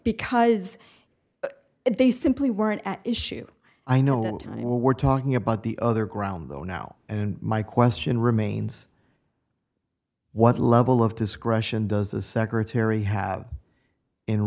because they simply weren't at issue i know what we're talking about the other ground though now and my question remains what level of discretion does the secretary have in